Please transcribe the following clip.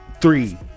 three